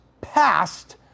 passed